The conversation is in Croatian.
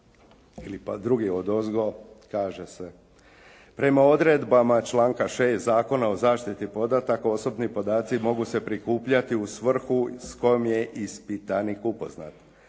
ili pak drugi odozgo kaže se: "Prema odredbama članka 6. Zakona o zaštiti podataka osobni podaci mogu se prikupljati u svrhu s kojom je ispitanik upoznat